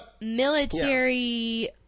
military